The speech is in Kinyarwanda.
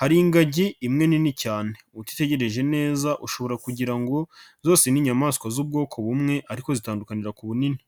hari ingagi imwe nini cyane utitegereje neza ushobora kugira ngo zose n'inyamaswa z'ubwoko bumwe ariko zitandukanirira ku bunini.